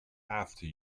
after